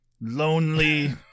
lonely